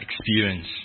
experience